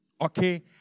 okay